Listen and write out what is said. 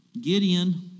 Gideon